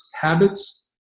habits